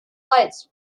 lights